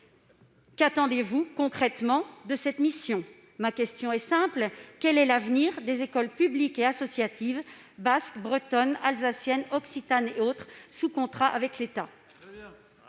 Qu'attendez-vous concrètement de cette mission ? Ma question est simple : quel est l'avenir des écoles publiques et associatives basques, bretonnes, alsaciennes, occitanes et autres, sous contrat avec l'État ?